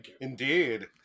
Indeed